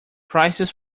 prices